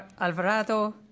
Alvarado